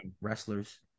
wrestlers